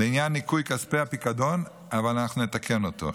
לעניין ניכוי כספי הפיקדון ולתקן אותו.